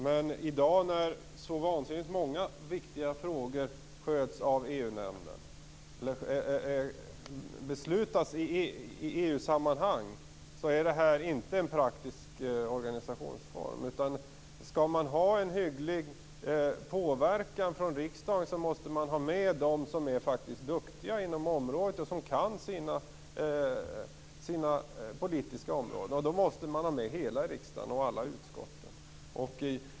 Men i dag när så vansinnigt många viktiga frågor beslutas i EU-sammanhang är det här inte en praktisk organisationsform. Skall riksdagen ha en hygglig möjlighet att påverka måste faktiskt de som är duktiga inom ett område och som kan sina politiska områden vara med. Då måste hela riksdagen och alla utskotten vara med.